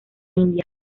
india